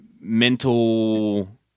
mental